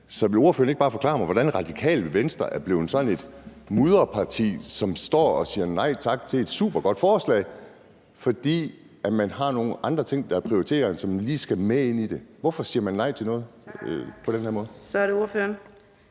Så vil ordføreren ikke bare forklare mig, hvordan det er gået til, at Radikale Venstre er blevet sådan et mudret parti, som står og siger nej tak til et supergodt forslag, fordi man har nogle andre ting, der er prioriteret, og som lige skal med ind i det? Hvorfor siger man nej til noget på den her måde? Kl. 13:53 Fjerde